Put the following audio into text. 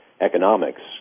economics